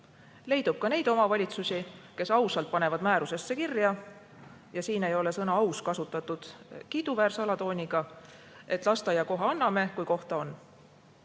Leidub ka neid omavalitsusi, kes ausalt panevad määrusesse kirja – ja siin ei ole sõna "aus" kasutatud kiiduväärse alatooniga –, et lasteaiakoha anname, kui kohta on.